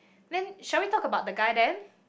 then shall we talk about the guy then